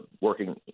working